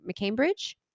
mccambridge